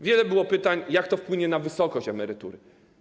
Wiele było pytań, jak to wpłynie na wysokość emerytury.